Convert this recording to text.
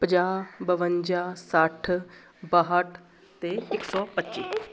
ਪੰਜਾਹ ਬਵੰਜਾ ਸੱਠ ਬਾਹਠ ਅਤੇ ਇੱਕ ਸੌ ਪੱਚੀ